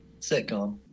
Sitcom